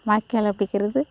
வாய்க்கால்ல பிடிக்கிறது